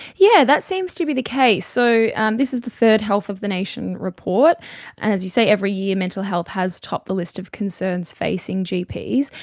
yeah that seems to be the case. so and this is the third health of the nation report. and as you say, every year mental health has topped the list of concerns facing gps,